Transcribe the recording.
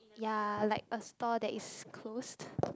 ya like a store that is closed